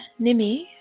Nimi